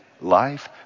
life